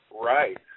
Right